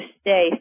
stay